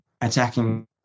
attacking